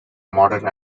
modern